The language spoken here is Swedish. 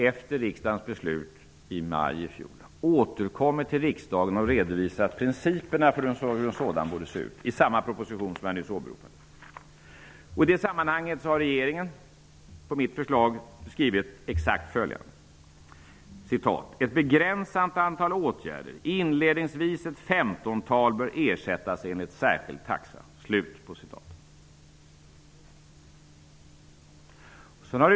Efter riksdagens beslut i maj i fjol har regeringen återkommit till riksdagen och redovisat hur en sådan taxa borde se ut, i samma proposition som jag nyss åberopade. I det sammanhanget har regeringen skrivit följande på mitt förslag: ''Ett begränsat antal åtgärder, inledningsvis ett femtontal bör ersättas enligt särskild taxa.''